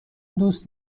دوست